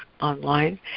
online